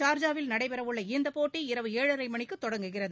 சார்ஜாவில் நடைபெறவுள்ள இந்த போட்டி இரவு ஏழரை மணிக்கு தொடங்குகிறது